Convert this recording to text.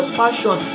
passion